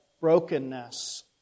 brokenness